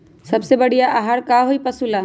सबसे बढ़िया आहार का होई पशु ला?